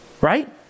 Right